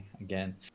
again